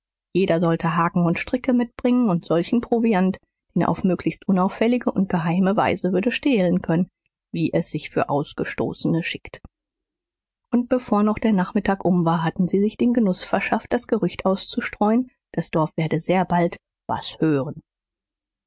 jeder sollte haken und stricke mitbringen und solchen proviant den er auf möglichst unauffällige und geheime weise würde stehlen können wie es sich für ausgestoßene schickt und bevor noch der nachmittag um war hatten sie sich den genuß verschafft das gerücht auszustreuen das dorf werde sehr bald was hören